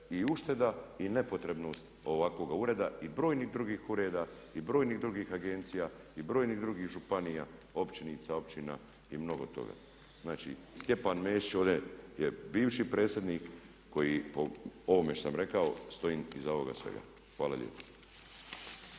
i ušteda i nepotrebnost ovakvoga ureda i brojnih drugih ureda i brojnih drugih agencija i brojnih drugih županija, općinica i mnogo toga. Znači, Stjepan Mesić je ovdje bivši predsjednik koji je po ovome što sam rekao, stojim iza ovoga svega. Hvala lijepa.